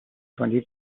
twenty